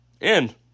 End